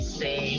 say